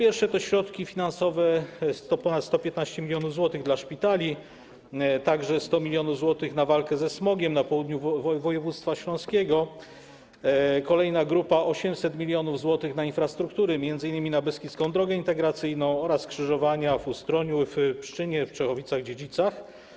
I te środki finansowe to ponad 115 mln zł dla szpitali, także 100 mln zł na walkę ze smogiem na południu województwa śląskiego, kolejna grupa to 800 mln zł na infrastrukturę, m.in. na Beskidzką Drogę Integracyjną oraz skrzyżowania w Ustroniu, w Pszczynie, w Czechowicach-Dziedzicach.